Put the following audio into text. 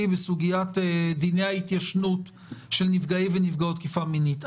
בסוגיית דיני ההתיישנות של נפגעי ונפגעות תקיפה מינית.